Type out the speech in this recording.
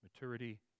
maturity